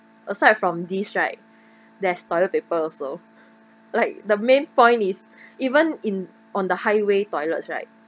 aside from these right there's toilet paper also like the main point is even in on the highway toilets right